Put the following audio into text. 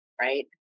right